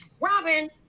robin